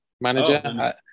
manager